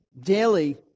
daily